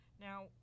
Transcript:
Now